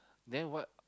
then what